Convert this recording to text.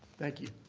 thank you.